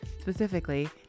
specifically